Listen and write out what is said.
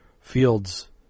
fields